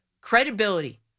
credibility